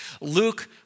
Luke